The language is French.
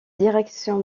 direction